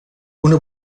una